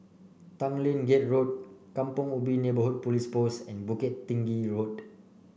Tanglin Gate Road Kampong Ubi Neighbourhood Police Post and Bukit Tinggi Road